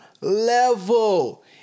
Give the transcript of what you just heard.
level